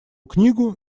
книгу